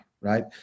right